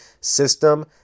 system